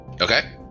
Okay